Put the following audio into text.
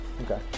Okay